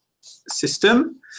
system